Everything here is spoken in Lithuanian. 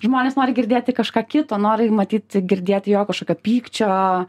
žmonės nori girdėti kažką kito nori matyt girdėti jo kažkokio pykčio